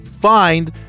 find